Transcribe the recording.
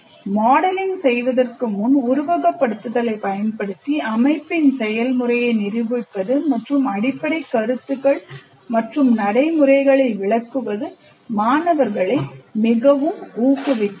modelling செய்வதற்கு முன் உருவகப்படுத்துதலைப் பயன்படுத்தி அமைப்பின் செயல்முறையை நிரூபிப்பது மற்றும் அடிப்படைக் கருத்துகள் மற்றும் நடைமுறைகளை விளக்குவது மாணவர்களை மிகவும் ஊக்குவிக்கிறது